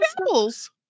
apples